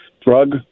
drug